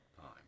time